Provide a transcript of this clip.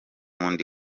ndi